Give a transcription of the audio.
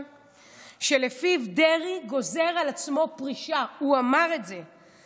שלפיו דרעי גוזר על עצמו פרישה, הוא אמר את זה.